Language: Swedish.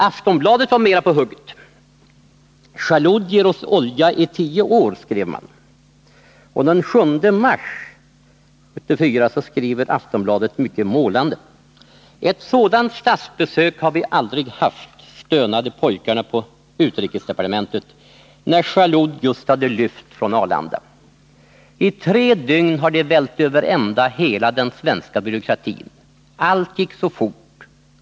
Aftonbladet var mera på hugget: ”Jalloud ger oss olja i tio år”, skrev man. Aftonbladet skrev den 7 mars mycket målande: ”Ett sånt statsbesök har vi aldrig haft, stönade pojkarna på UD när Jalloud just hade lyft från Arlanda. I tre dygn har de vält överända hela den svenska byråkratin. Allt gick så fort.